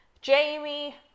jamie